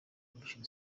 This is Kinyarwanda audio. convention